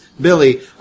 Billy